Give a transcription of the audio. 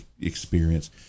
experience